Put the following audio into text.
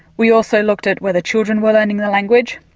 we also looked at whether children were learning the language,